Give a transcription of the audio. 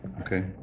Okay